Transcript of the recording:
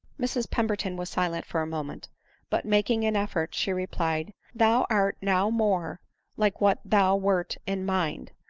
mrs pemberton was silent for a moment but, making an effort, she replied, thou art now more like what thou wert in mind,